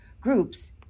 groups